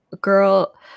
girl